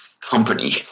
company